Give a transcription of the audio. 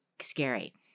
scary